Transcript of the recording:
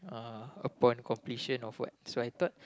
uh upon completion of what so I thought